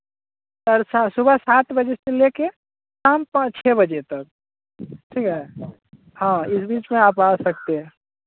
sir सुबह सात बजे से ले कर शाम पाँच छः बजे तक ठीक है हाँ इस बीच में आप आ सकते हैं